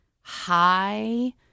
high